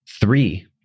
Three